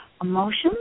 emotions